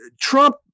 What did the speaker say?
Trump